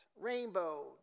rainbow